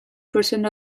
percent